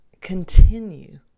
continue